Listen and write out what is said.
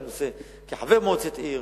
כחבר מועצת עיר,